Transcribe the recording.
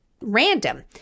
random